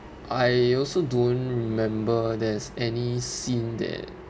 I also don't remember there's any scene that